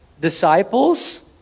disciples